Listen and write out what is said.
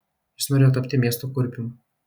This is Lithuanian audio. jis norėjo tapti miesto kurpium